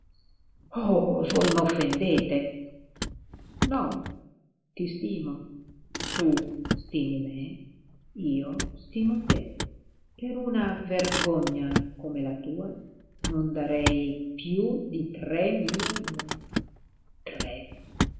oh voi m'offendete no ti stimo tu stimi me io stimo te per una vergogna come la tua non darei più di tremila lire tre